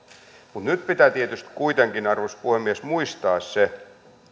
mutta nyt pitää tietysti kuitenkin arvoisa puhemies muistaa se